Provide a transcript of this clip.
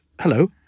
hello